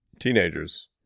teenagers